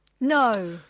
No